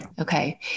okay